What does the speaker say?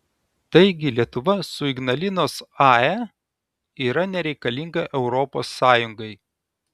taigi lietuva su ignalinos ae yra nereikalinga europos sąjungai